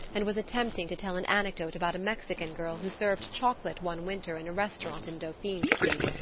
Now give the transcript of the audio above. and was attempting to tell an anecdote about a mexican girl who served chocolate one winter in a restaurant in dauphine street.